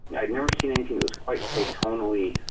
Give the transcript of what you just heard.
and i'd never seen anything it was quite so tonally,